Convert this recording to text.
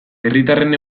herritarren